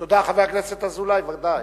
תודה, חבר הכנסת אזולאי, בוודאי.